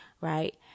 Right